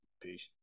Peace